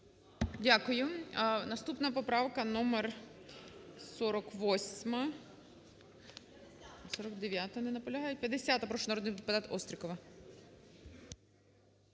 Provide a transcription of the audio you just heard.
Дякую. Наступна поправка номер 48-а. 49-а. Не наполягають. 50-а. Прошу, народний депутат Острікова.